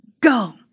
go